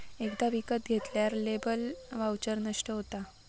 एकदा विकत घेतल्यार लेबर वाउचर नष्ट होता